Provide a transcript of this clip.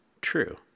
True